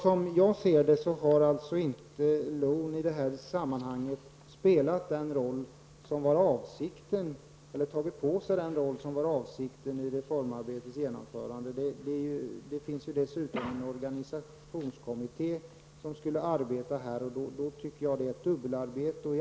Som jag ser det har LON inte tagit på sig den roll som var avsikten vid reformarbetets genomförande. Det finns dessutom en organisationskommitté som skulle arbeta med detta. Och jag tycker att det är ett dubbelarbete.